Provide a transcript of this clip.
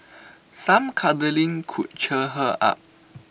some cuddling could cheer her up